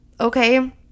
okay